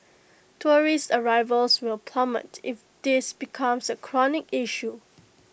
tourist arrivals will plummet if this becomes A chronic issue